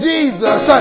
Jesus